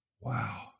wow